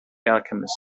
alchemist